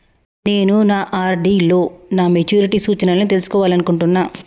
నేను నా ఆర్.డి లో నా మెచ్యూరిటీ సూచనలను తెలుసుకోవాలనుకుంటున్నా